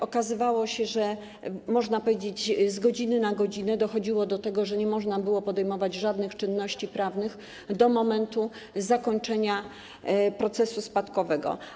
Okazywało się, że z godziny na godzinę, można powiedzieć, dochodziło do tego, że nie można było podejmować żadnych czynności prawnych do momentu zakończenia procesu spadkowego.